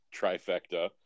trifecta